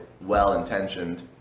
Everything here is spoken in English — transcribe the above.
well-intentioned